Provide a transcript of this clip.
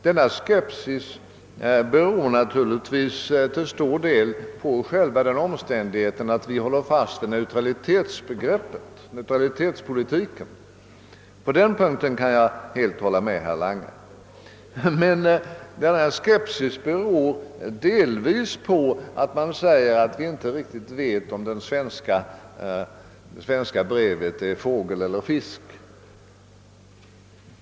Denna skepsis beror naturligtvis till stor del på själva den omständigheten att vi håller fast vid neutralitetspolitiken. På den punkten kan jag helt hålla med herr Lange. Men denna skepsis beror delvis också på att man inte riktigt vet, om det svenska brevet är fågel eller fisk.